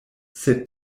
sed